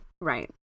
Right